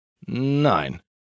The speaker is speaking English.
Nein